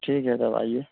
ٹھیک ہے تب آئیے